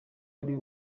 ari